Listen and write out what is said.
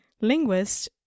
Linguist